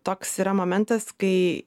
toks yra momentas kai